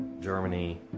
Germany